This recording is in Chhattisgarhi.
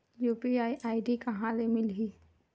यू.पी.आई आई.डी कहां ले मिलही?